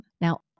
Now